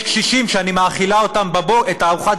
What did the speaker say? יש קשישים שאני מאכילה אותם את ארוחת